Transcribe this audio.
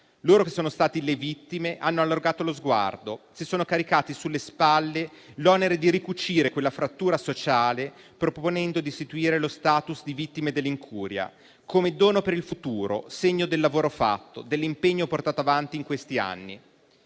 loro, che sono stati le vittime, hanno allargato lo sguardo, si sono caricati sulle spalle l'onere di ricucire quella frattura sociale, proponendo di istituire lo *status* di vittime dell'incuria come dono per il futuro, segno del lavoro fatto e dell'impegno portato avanti in questi anni.